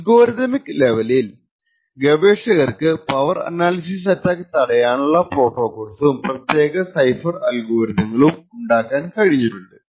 algorithmic ലെവലിൽ ഗവേഷകർക്ക് power analysis attack തടയാനുള്ള പ്രോട്ടോകോൾസും പ്രത്യേക സൈഫർ അൽഗോരിതങ്ങളും ഉണ്ടാക്കാൻ കഴിഞ്ഞിട്ടുണ്ട്